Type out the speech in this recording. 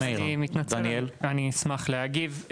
אני אשמח להגיב.